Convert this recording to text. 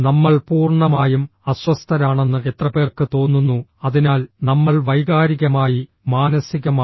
നമ്മൾ പൂർണ്ണമായും അസ്വസ്ഥരാണെന്ന് എത്രപേർക്ക് തോന്നുന്നു അതിനാൽ നമ്മൾ വൈകാരികമായി മാനസികമാണ്